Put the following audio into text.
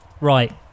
Right